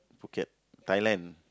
Phuket Thailand